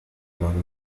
anonimo